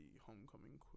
homecoming